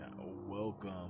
welcome